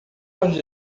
pode